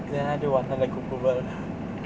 then 他就玩他的咕咕 bird